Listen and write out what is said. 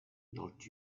not